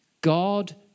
God